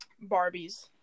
Barbie's